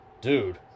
dude